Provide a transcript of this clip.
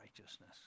righteousness